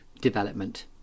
development